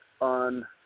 on